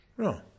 No